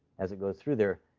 as it goes through there,